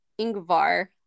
Ingvar